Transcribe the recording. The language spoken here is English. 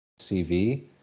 CV